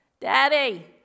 Daddy